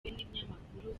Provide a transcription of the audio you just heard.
n’ibinyamakuru